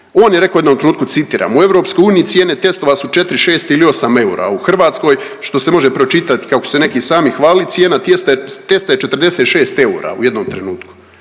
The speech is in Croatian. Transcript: On je reko u jednom trenutku, citiram: „U Europskoj uniji cijene testova su četri, šest ili osam eura, a u Hrvatskoj što se može pročitat kako su se neki sami hvalili cijena testa je 46 eura u jednom trenutku“,